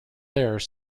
there